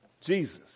Jesus